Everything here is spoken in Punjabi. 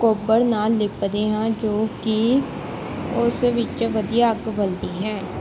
ਗੋਬਰ ਨਾਲ ਲਿੱਪਦੇ ਹਾਂ ਜੋ ਕਿ ਉਸ ਵਿੱਚ ਵਧੀਆ ਅੱਗ ਬਲਦੀ ਹੈ